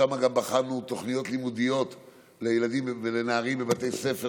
שם גם בחנו תוכניות לימודים לילדים ולנערים בבתי ספר,